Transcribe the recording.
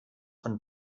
von